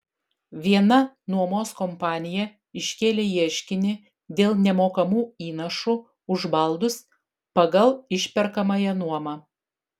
viena nuomos kompanija iškėlė ieškinį dėl nemokamų įnašų už baldus pagal išperkamąją nuomą